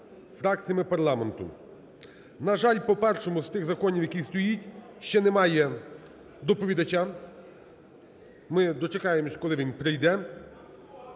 На жаль, по першому із тих законів, який стоїть, ще немає доповідача. Ми дочекаємося, коли він прийде.